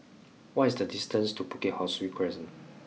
what is the distance to Bukit Ho Swee Crescent